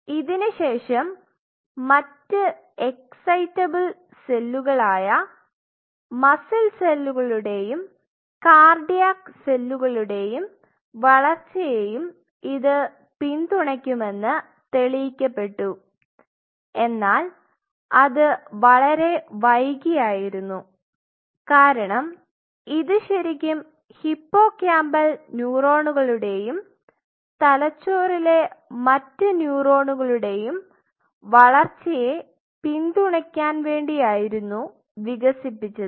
ഇതിനു ശേഷം മറ്റ് എക്സൈറ്റബിൾ സെല്ലുകളായ മസിൽ സെല്ലുകളുടേയും കാർഡിയാക് സെല്ലുകളുടേയും വളർച്ചയെയും ഇത് പിന്തുണക്കുമെന്ന് തെളിയിക്കപ്പെട്ടു എന്നാൽ അത് വളരെ വൈകിയായിരുന്നു കാരണം ഇത് ശെരിക്കും ഹിപ്പോകാമ്പൽ ന്യൂറോണുകളുടെയും തലച്ചോറിലെ മറ്റ് ന്യൂറോണുകളുടെയും വളർച്ചയെ പിന്തുണക്കുവാൻ വേണ്ടിയായിരുന്നു വികസിപ്പിച്ചത്